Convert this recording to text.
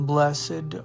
Blessed